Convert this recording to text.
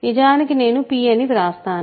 నిజానికి నేను p అని వ్రాస్తాను